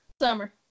Summer